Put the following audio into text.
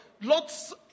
Lot's